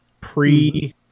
pre